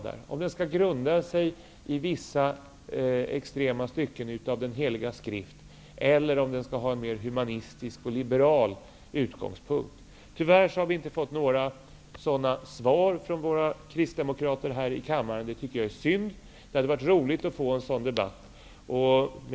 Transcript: Skall den grundas på vissa extrema stycken av den heliga skrift, eller skall den ha en mer humanistisk och liberal utgångspunkt? Tyvärr har vi inte fått några svar från kristdemokraterna här i kammaren. Det är synd; det hade varit roligt att få en sådan debatt.